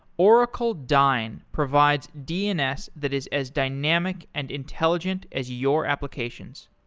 oracle dyn provides dns that is as dynamic and intelligent as your applications.